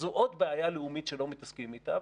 וזו עוד בעיה לאומית שלא מתעסקים איתה.